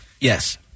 Yes